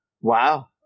Wow